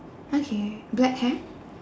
okay black hair